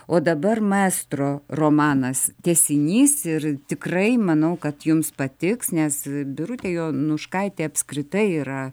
o dabar maestro romanas tęsinys ir tikrai manau kad jums patiks nes birutė jonuškaitė apskritai yra